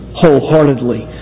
wholeheartedly